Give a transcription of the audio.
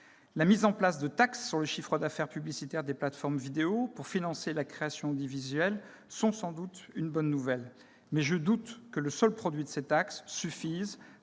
La mise en place de taxes sur le chiffre d'affaires publicitaire des plateformes vidéo pour financer la création audiovisuelle est sans doute une bonne nouvelle. Mais je doute que le seul produit de ces taxes suffise